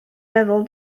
meddwl